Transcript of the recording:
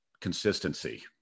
consistency